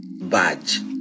badge